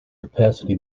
capacity